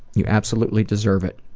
you absolutely deserve it.